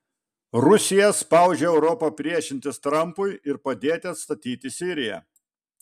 rusija spaudžia europą priešintis trampui ir padėti atstatyti siriją